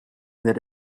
that